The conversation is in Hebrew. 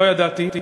לא ידעתי.